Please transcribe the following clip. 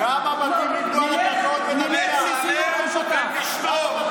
כמה בתים נבנו על הקרקעות של המדינה?